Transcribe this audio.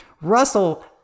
Russell